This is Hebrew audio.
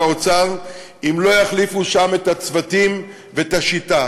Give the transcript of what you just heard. האוצר ואם לא יחליפו שם את הצוותים ואת השיטה.